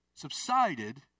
subsided